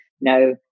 No